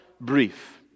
brief